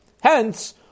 Hence